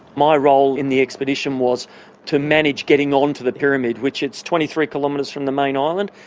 my role in the expedition was to manage getting onto the pyramid, which is twenty three kilometres from the main island,